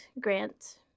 grant